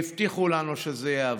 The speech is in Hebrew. והבטיחו לנו שזה יעבור,